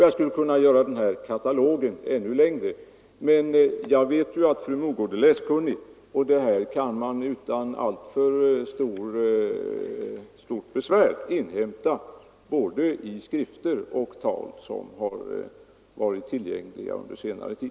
Jag skulle kunna göra den här katalogen ännu längre, men jag vet att fru Mogård är läskunnig, och dessa upplysningar kan man utan alltför stort besvär inhämta både i skrifter och tal som varit tillgängliga under senare tid.